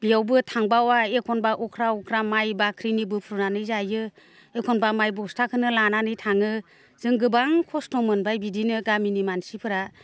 बेयावबो थांबावा एखनब्ला अख्रा अख्रा माइ बाख्रिनि बुफ्रुनानै जायो एखनब्ला माइ बस्थाखोनो लानानै थाङो जों गोबां खस्थ मोनबाय बिदिनो गामिनि मानसिफ्रा